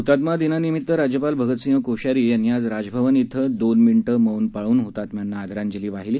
हुतात्मादिनानिमित्तराज्यपालभगतसिंहकोश्यारीयांनीराजभवनइथंआजदोनमिनिध्रौनपाळूनहुतात्म्यांनाआदरांजलीवाहिली